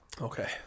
Okay